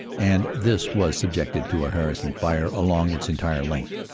and this was subjected to a harassing fire along its entire length.